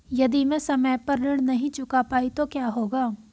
यदि मैं समय पर ऋण नहीं चुका पाई तो क्या होगा?